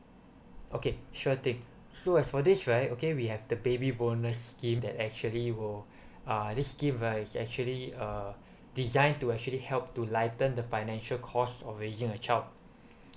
okay sure thing so as for this right okay we have the baby bonus scheme that actually will uh this scheme right is actually uh designed to actually help to lighten the financial cost of raising a child